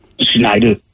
Schneider